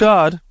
God